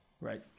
right